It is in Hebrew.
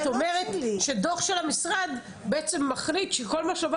את אומרת שדו"ח של המשרד בעצם מחליט שכל מה שעובר